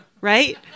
right